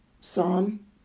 Psalm